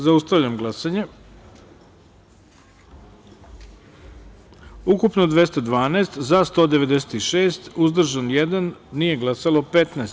Zaustavljam glasanje: ukupno 212, za – 196, uzdržan – jedan, nije glasalo – 15.